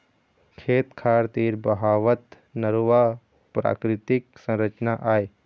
खेत खार तीर बहावत नरूवा प्राकृतिक संरचना आय